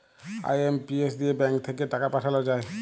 IMPS দিয়ে bank থাক্যে টাকা পাঠাল যায়